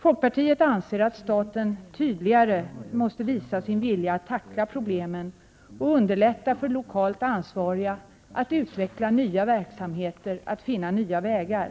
Folkpartiet anser att staten tydligare måste visa sin vilja att tackla problemen och underlätta för lokalt ansvariga att utveckla nya verksamheter och att finna nya vägar.